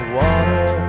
water